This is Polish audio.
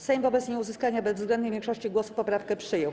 Sejm wobec nieuzyskania bezwzględnej większości głosów poprawkę przyjął.